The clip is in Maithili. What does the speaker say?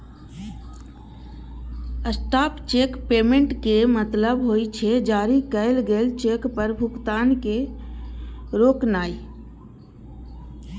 स्टॉप चेक पेमेंट के मतलब होइ छै, जारी कैल गेल चेक पर भुगतान के रोकनाय